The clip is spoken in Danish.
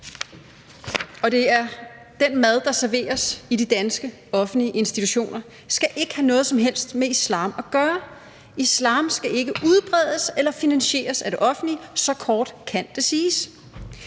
Og den mad, der serveres i de danske offentlige daginstitutioner, skal ikke have noget som helst med islam at gøre. Islam skal ikke udbredes eller finansieres af det offentlige; så kort kan det siges.